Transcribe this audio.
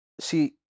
see